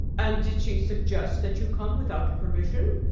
and did she suggest that you come without permission?